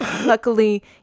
Luckily